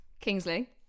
Kingsley